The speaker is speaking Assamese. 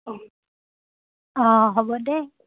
অঁ হ'ব দে